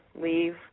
leave